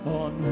on